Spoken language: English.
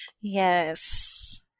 Yes